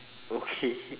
okay